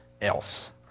else